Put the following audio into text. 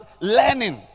learning